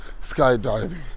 skydiving